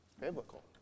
biblical